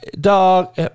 dog